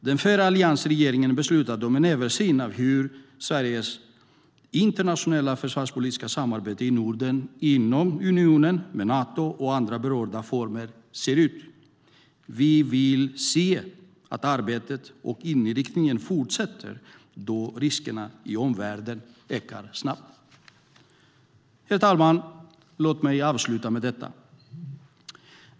Den förra alliansregeringen beslutade om en översyn av hur Sveriges internationella försvarspolitiska samarbete i Norden, inom unionen, med Nato och andra berörda former ser ut. Vi vill se att arbetet och inriktningen fortsätter eftersom riskerna i omvärlden ökar snabbt. Herr talman! Låt mig avsluta med följande.